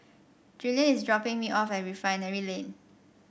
Julianne is dropping me off at Refinery Lane